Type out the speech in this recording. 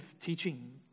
teaching